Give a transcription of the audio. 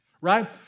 right